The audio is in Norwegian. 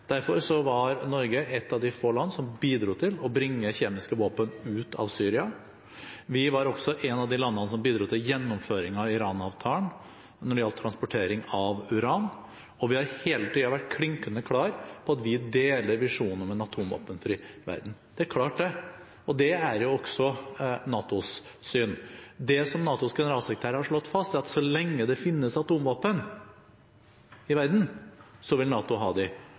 var Norge et av de få landene som bidro til å bringe kjemiske våpen ut av Syria. Vi var også et av de landene som bidro til gjennomføringen av Iran-avtalen når det gjaldt transportering av uran, og vi har hele tiden vært klinkende klare på at vi deler visjonen om en atomvåpenfri verden. Det er klart. Og det er også NATOs syn. Det NATOs generalsekretær har slått fast, er at så lenge det finnes atomvåpen i verden, så vil NATO ha